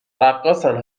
رقاصن